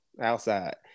outside